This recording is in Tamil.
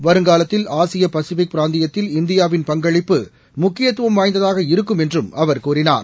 வருங்காலத்தில் ஆசிய பசிபிக் பிராந்தியத்தில் இந்தியாவின் பங்களிப்பு முக்கியத்துவம் வாய்ந்ததாக இருக்கும் என்றும் அவர் கூறினார்